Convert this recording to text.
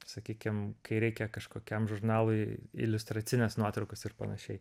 sakykim kai reikia kažkokiam žurnalui iliustracinės nuotraukos ir panašiai